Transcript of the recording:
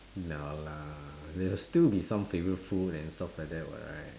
no lah there will still be some favorite food and stuff like that what right